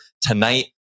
tonight